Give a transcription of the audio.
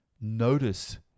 notice